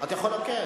אני יכולה לומר?